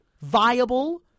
viable